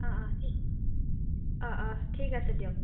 অঁ অঁ ঠিক আছে দিয়ক